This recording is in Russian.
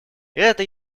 это